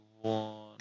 one